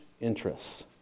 interests